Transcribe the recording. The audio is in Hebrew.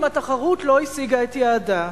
אם התחרות לא השיגה את יעדה.